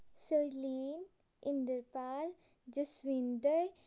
Sarleen Inderpal Jaswinder